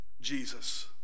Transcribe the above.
Jesus